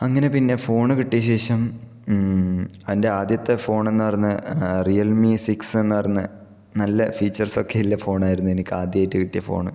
അങ്ങനെ പിന്നെ ഫോണ് കിട്ടിയ ശേഷം എന്റെ ആദ്യത്തെ ഫോണ് എന്ന് പറയുന്നത് റിയൽമി സിക്സ് എന്ന് പറയുന്ന നല്ല ഫീച്ചേഴ്സൊക്കെ ഉള്ള ഫോണായിരുന്നു എനിക്ക് ആദ്യായിട്ട് കിട്ടിയ ഫോണ്